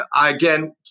Again